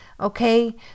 okay